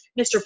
Mr